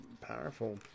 powerful